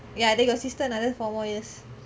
ya then your sister another four more years